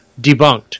debunked